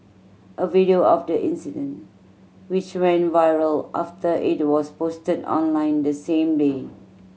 a video of the incident which went viral after it was posted online the same day